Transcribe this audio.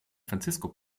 francisco